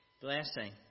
blessing